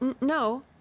no